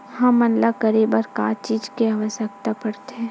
हमन ला करे बर का चीज के आवश्कता परथे?